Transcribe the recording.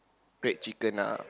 red chicken ah